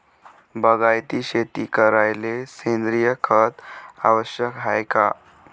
बागायती शेती करायले सेंद्रिय खत आवश्यक हाये का?